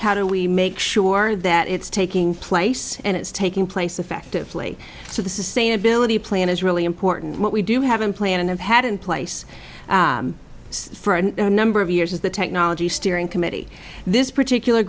how do we make sure that it's taking place and it's taking place effectively so the sustainability plan is really important what we do have in plan and have had in place for a number of years is the technology steering committee this particular